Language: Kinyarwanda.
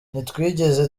ntitwigeze